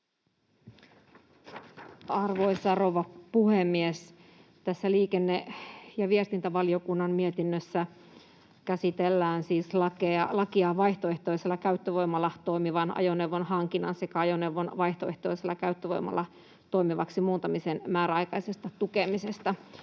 Arvoisa rouva puhemies! Tässä liikenne- ja viestintävaliokunnan mietinnössä käsitellään siis lakia vaihtoehtoisella käyttövoimalla toimivan ajoneuvon hankinnan sekä ajoneuvon vaihtoehtoisella käyttövoimalla toimivaksi muuntamisen määräaikaisesta tukemisesta.